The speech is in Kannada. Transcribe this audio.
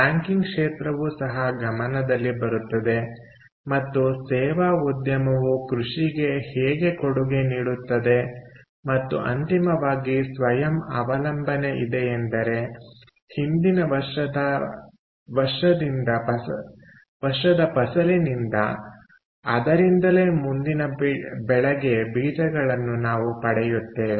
ಬ್ಯಾಂಕಿಂಗ್ ಕ್ಷೇತ್ರವೂ ಸಹ ಗಮನದಲ್ಲಿ ಬರುತ್ತದೆ ಮತ್ತು ಸೇವಾ ಉದ್ಯಮವು ಕೃಷಿಗೆ ಹೇಗೆ ಕೊಡುಗೆ ನೀಡುತ್ತದೆ ಮತ್ತು ಅಂತಿಮವಾಗಿ ಸ್ವಯಂ ಅವಲಂಬನೆ ಇದೆಯೆಂದರೆ ಹಿಂದಿನ ವರ್ಷದಿಂದ ಫಸಲಿನಿಂದ ಅದರಿಂದಲೆ ಮುಂದಿನ ಬೆಳೆಗೆ ಬೀಜಗಳನ್ನು ನಾವು ಪಡೆಯುತ್ತೇವೆ